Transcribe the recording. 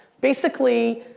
basically,